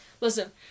Listen